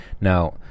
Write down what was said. Now